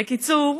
בקיצור,